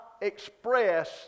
express